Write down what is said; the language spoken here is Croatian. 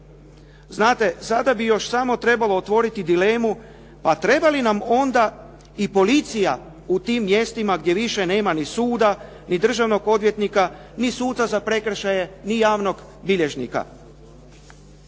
Znate sada bi još samo trebalo otvoriti dilemu, pa treba li nam onda i policija u tim mjestima gdje više nema ni suda, ni državnog odvjetnika, ni suca za prekršaje, ni javnog bilježnika.